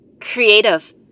Creative